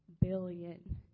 billion